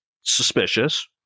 suspicious